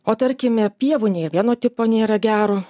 o tarkime pievų nei vieno tipo nėra gero